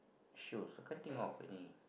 shows I can't think of any